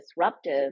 disruptive